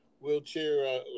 Wheelchair